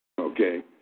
Okay